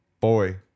boy